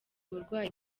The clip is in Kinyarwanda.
uburwayi